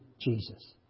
Jesus